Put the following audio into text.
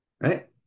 right